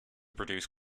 produce